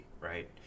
right